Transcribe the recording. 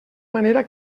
manera